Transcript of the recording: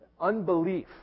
Unbelief